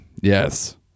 Yes